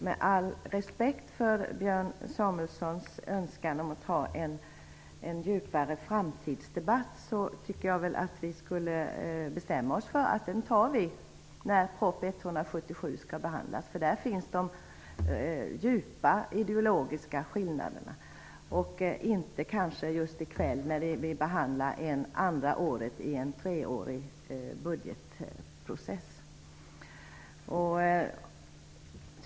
Med all respekt för Björn Samuelsons önskan om att ha en djupare framtidsdebatt tycker jag att vi skulle bestämma oss för att ta den när proposition 177 skall behandlas -- där finns de djupa ideologiska skillnaderna -- och inte just i kväll när vi behandlar andra året i en treårig budgetprocess.